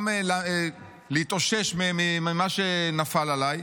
גם להתאושש ממה שנפל עליי,